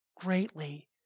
greatly